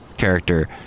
Character